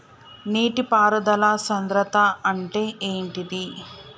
నీటి పారుదల సంద్రతా అంటే ఏంటిది?